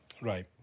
Right